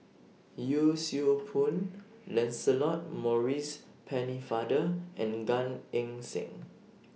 Yee Siew Pun Lancelot Maurice Pennefather and Gan Eng Seng